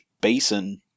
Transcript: basin